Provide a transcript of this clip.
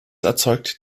erzeugt